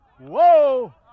Whoa